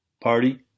Party